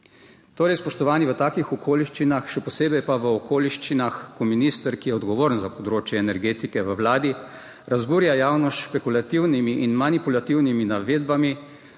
Torej, spoštovani, v takih okoliščinah še posebej pa v okoliščinah, ko minister, ki je odgovoren za področje energetike v Vladi, razburja javnost s špekulativnimi in manipulativnimi navedbami,